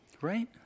Right